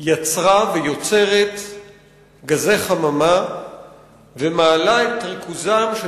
יצרה ויוצרת גזי חממה ומעלה את ריכוזם של